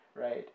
right